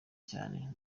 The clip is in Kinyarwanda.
cyane